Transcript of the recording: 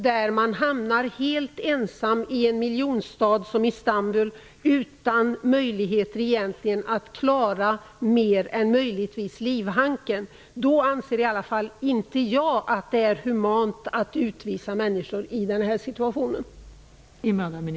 De hamnar helt ensamma i en miljonstad som Istanbul där de bara har möjlighet att med nöd och näppe klara livhanken. Jag anser i alla fall inte att det är humant att utvisa människor i den här situationen.